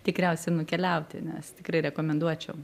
tikriausiai nukeliauti nes tikrai rekomenduočiau